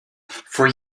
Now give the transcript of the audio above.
for